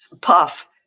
puff